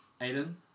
Aiden